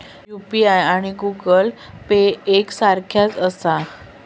UPI आणि Google Pay एक सारख्याच आसा?